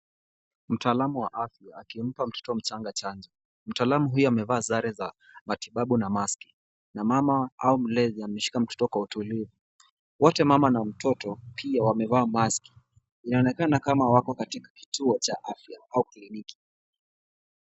Mtaalamu wa afya akimpa mtoto mchanga chanjo . Mtaalamu huyu amevaa sare za matibabu na mask na mama au mlezi ameshika mtoto kwa utulivu. Wote mama na mtoto pia wamevaa mask .Inaonekana kama wako katika kituo cha afya au kliniki.